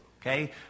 okay